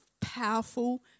powerful